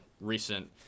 recent